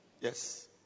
Yes